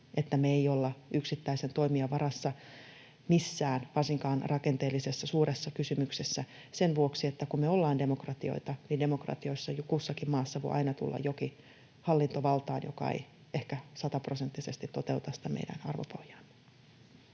että me ei olla yksittäisen toimijan varassa missään, varsinkaan rakenteellisessa suuressa kysymyksessä sen vuoksi, että kun me ollaan demokratioita, niin demokratioissa jo kussakin maassa voi aina tulla valtaan jokin hallinto, joka ei ehkä sataprosenttisesti toteuta sitä meidän arvopohjaamme.